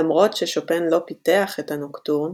למרות ששופן לא פיתח את הנוקטורן,